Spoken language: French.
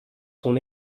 son